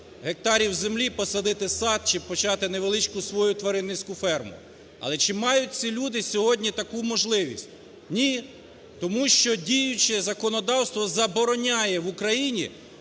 гектарів землі і посадити сад чи почати невеличку свою тваринницьку ферму". Але чи мають ці люди сьогодні таку можливість? Ні. Тому що діюче законодавство забороняє в Україні